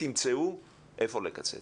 תמצאו מאיפה לקצץ.